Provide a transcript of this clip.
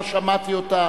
לא שמעתי אותה,